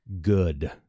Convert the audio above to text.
good